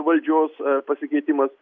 valdžios pasikeitimas